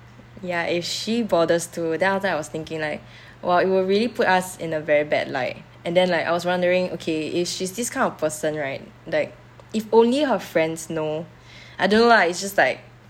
ya if she bothers to then after that I was thinking like !wah! it will really put us in a very bad light and then like I was wondering okay if she's this kind of person right like if only her friends know I don't know lah it's just like